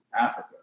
Africa